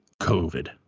covid